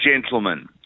gentlemen